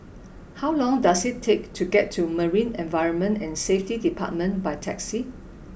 how long does it take to get to Marine Environment and Safety Department by taxi